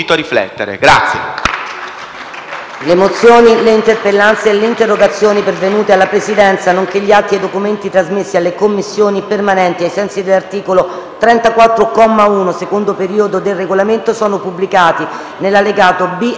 Le mozioni, le interpellanze e le interrogazioni pervenute alla Presidenza, nonché gli atti e i documenti trasmessi alle Commissioni permanenti ai sensi dell'articolo 34, comma 1, secondo periodo, del Regolamento sono pubblicati nell'allegato B al Resoconto della seduta odierna.